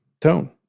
tone